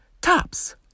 tops